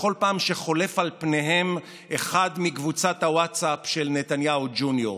בכל פעם שחולף על פניהם אחד מקבוצת הווטסאפ של נתניהו ג'וניור.